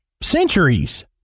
centuries